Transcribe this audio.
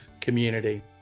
community